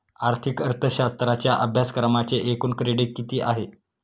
आर्थिक अर्थशास्त्राच्या अभ्यासक्रमाचे एकूण क्रेडिट किती आहेत?